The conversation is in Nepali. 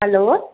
हेलो